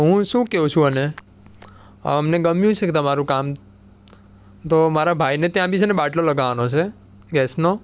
હું શું કહું છું અને અમને ગમ્યું છે કે તમારું કામ તો મારા ભાઈને ત્યાં બી છે ને બાટલો લગાવવાનો છે ગેસનો